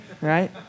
right